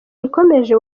rikomeje